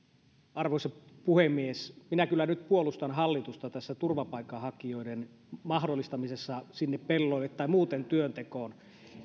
arvoisa puhemies minä kyllä nyt puolustan hallitusta tässä turvapaikanhakijoiden mahdollistamisessa sinne pelloille tai muuten työntekoon